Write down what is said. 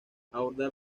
abordar